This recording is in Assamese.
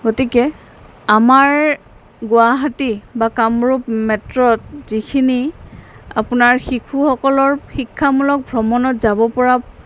গতিকে আমাৰ গুৱাহাটী বা কামৰূপ মেত্ৰত যিখিনি আপোনাৰ শিশুসকলৰ শিক্ষামূলক ভ্ৰমণত যাব পৰা